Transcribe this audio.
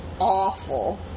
awful